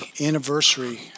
anniversary